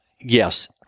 yes